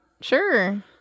Sure